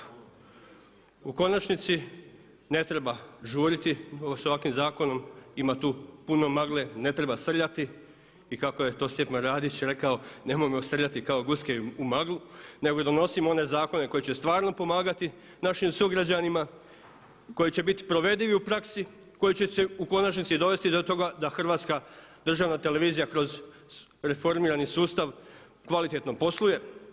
U konačnici ne treba žuriti s ovakvim zakonom, ima tu puno magle, ne treba srljati i kako je to Stjepan Radić rekao nemojmo srljati kao guske u maglu nego donosimo one zakone koji će stvarno pomagati našim sugrađanima, koji će biti provedivi u praksi, koji će u konačnici dovesti do toga da HRT kroz reformirani sustav kvalitetno posluje.